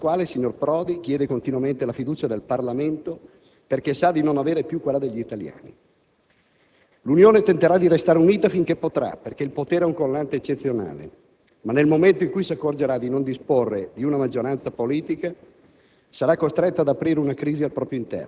Un disastro senza precedenti di fronte al quale il signor Prodi chiede continuamente la fiducia del Parlamento perché sa di non avere più quella degli italiani. L'Unione tenterà di restare unita finché potrà, perché il potere è un collante eccezionale, ma nel momento in cui si accorgerà di non disporre più di una maggioranza politica